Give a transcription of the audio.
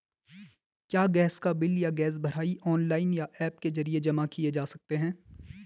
क्या गैस का बिल या गैस भराई ऑनलाइन या ऐप के जरिये जमा किये जा सकते हैं?